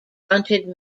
fronted